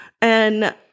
And-